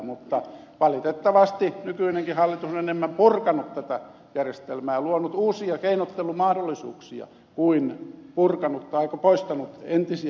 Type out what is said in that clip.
mutta valitettavasti nykyinenkin hallitus on enemmän purkanut tätä järjestelmää luonut uusia keinottelumahdollisuuksia kuin poistanut entisiä keinotteluja